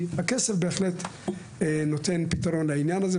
הכסף בהחלט נותן פתרון לעניין הזה.